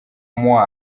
moi